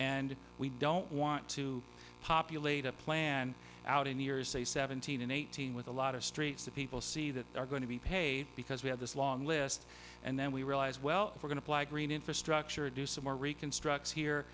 and we don't want to populate a plan out in the years say seventeen and eighteen with a lot of streets that people see that are going to be paid because we have this long list and then we realize well we're going to blag green infrastructure or do some more reconstructs here